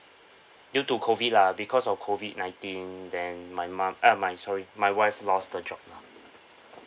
due to COVID lah because of COVID nineteen then my mo~ uh my sorry my wife lost the job lah